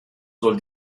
soll